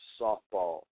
Softball